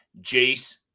Jace